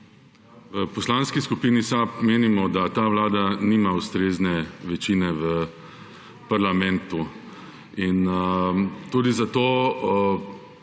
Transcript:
V Poslanski skupini SAB menimo, da ta vlada nima ustrezne večine v parlamentu in tudi zato